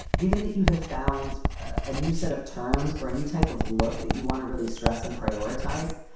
given that you have found a new set of terms or a new type of look that you want to really stress and prioritize.